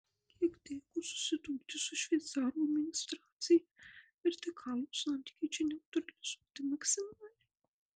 kiek teko susidurti su šveicarų administracija vertikalūs santykiai čia neutralizuoti maksimaliai